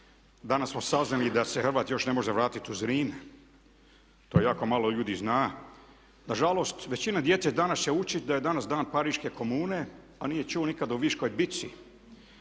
Danas smo saznali da se Hrvat još ne može vratiti u Zrin, to jako malo ljudi zna. Nažalost, većina djece danas će učiti da je danas dan pariške komune, a nije čuo nikad o Viškoj bici